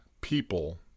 people